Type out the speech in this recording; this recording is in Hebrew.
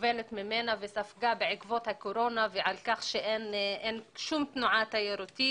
סובלת ממנה וספגה בעקבות הקורונה בגין זה שאין כל תנועה תיירותית.